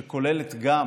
שכוללת גם